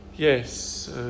Yes